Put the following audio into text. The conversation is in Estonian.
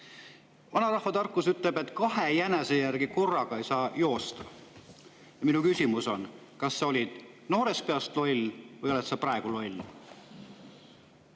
Vanarahva tarkus ütleb, et kahe jänese järgi ei saa korraga joosta. Minu küsimus on, et kas sa olid noorest peast loll või oled sa praegu loll?